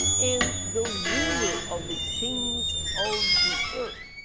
and the ruler of the kings of the earth.